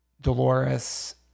Dolores